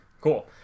Cool